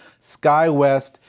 SkyWest